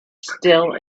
still